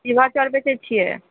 कि भाव चाउर बेचए छिऐ